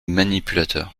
manipulateurs